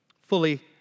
fully